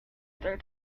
other